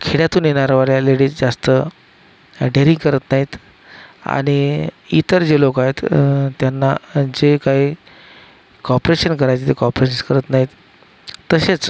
खेड्यातून येणाऱ्या वरे लेडीज जास्त डेरिंग करत नाहीत आणि इतर जे लोक आहेत त्यांना जे काही कॉपरेशन करायचे ते कॉपरेस करत नाहीत तसेच